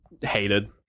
hated